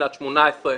בשנת 2018,